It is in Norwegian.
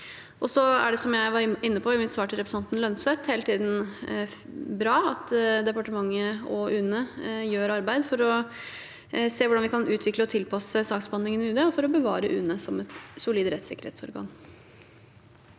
dette. Som jeg var inne på i mitt svar til representanten Holm Lønseth, er det bra at departementet og UNE hele tiden arbeider for å se hvordan vi kan utvikle og tilpasse saksbehandlingen i UNE, og for å bevare UNE som et solid rettssikkerhetsorgan.